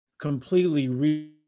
completely